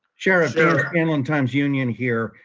sheriff there inland times-union here.